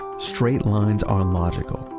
straight lines on logical,